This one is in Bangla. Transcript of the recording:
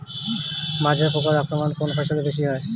মাজরা পোকার আক্রমণ কোন ফসলে বেশি হয়?